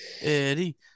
Eddie